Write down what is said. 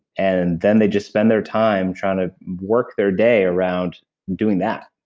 and then they just spend their time trying to work their day around doing that.